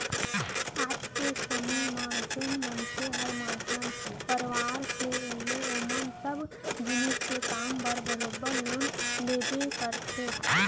आज के समे म जेन मनसे हर मध्यम परवार के हे ओमन सब जिनिस के काम बर बरोबर लोन लेबे करथे